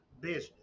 business